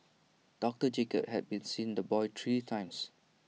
doctor Jacob had seen the boy three times